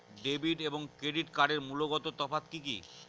Debit এবং credit কার্ডের মূলগত তফাত কি কী?